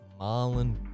Marlon